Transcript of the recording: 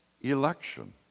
election